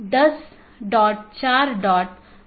BGP एक बाहरी gateway protocol है